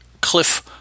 cliff